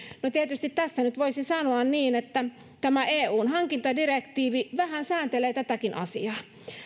no tietysti tässä nyt voisi sanoa niin että tämä eun hankintadirektiivi vähän sääntelee tätäkin asiaa